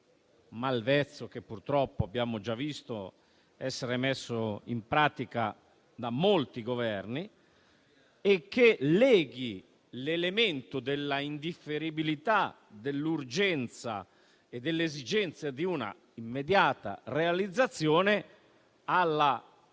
(malvezzo che purtroppo abbiamo già visto essere messo in pratica da molti Governi) e che leghi l'elemento dell'indifferibilità, dell'urgenza e dell'esigenza di un'immediata realizzazione